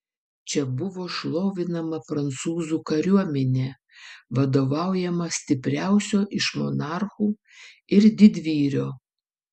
čia buvo šlovinama prancūzų kariuomenė vadovaujama stipriausio iš monarchų ir didvyrio